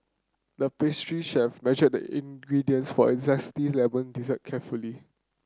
the pastry chef measured the ingredients for a zesty lemon dessert carefully